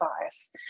bias